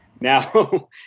now